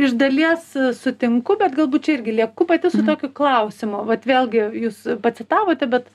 iš dalies sutinku bet galbūt čia irgi lieku pati su tokiu klausimu vat vėlgi jūs pacitavote bet